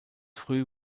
früh